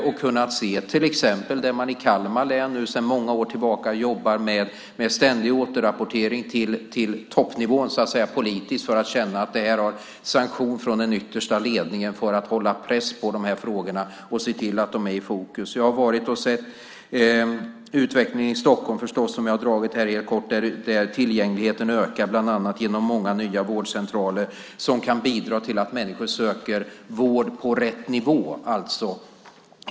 Jag har till exempel kunnat se hur man i Kalmar län sedan många år tillbaka jobbar politiskt med ständig återrapportering till toppnivån för att man ska känna att detta har sanktion från den yttersta ledningen, sätta press på de här frågorna och se till att de är i fokus. Jag har sett utvecklingen i Stockholm, som jag har dragit här helt kort. Där ökar tillgängligheten bland annat genom många nya vårdcentraler som kan bidra till att människor söker vård på rätt nivå.